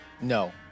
No